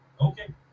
Okay